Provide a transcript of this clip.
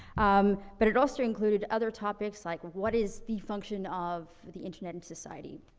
um, but it also included other topics like, what is the function of the internet in society?